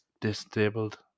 disabled